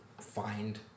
find